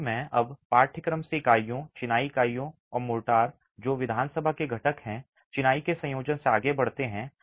यदि मैं अब पाठ्यक्रम से इकाइयों चिनाई इकाइयों और मोर्टार जो विधानसभा के घटक हैं चिनाई के संयोजन से आगे बढ़ते हैं